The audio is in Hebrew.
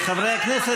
חברי הכנסת,